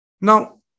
Now